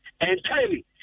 Entirely